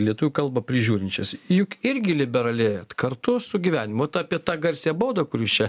lietuvių kalbą prižiūrinčias juk irgi liberali vat kartu su gyvenimu tą apie tą garsiąją baudą kur jūs čia